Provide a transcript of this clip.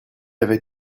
avait